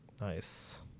Nice